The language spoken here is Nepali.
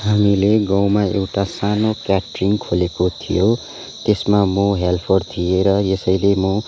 हामीले गाउँमा एउटा सानो क्याट्रिङ खोलेको थियो त्यसमा म हेल्पर थिएँ र यसैले म